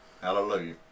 Hallelujah